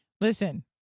Listen